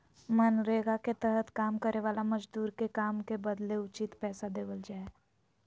मनरेगा के तहत काम करे वाला मजदूर के काम के बदले उचित पैसा देवल जा हय